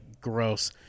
gross